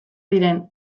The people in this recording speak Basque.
diren